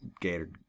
gator